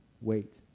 wait